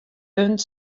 punt